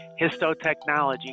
histotechnology